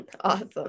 Awesome